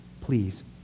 Please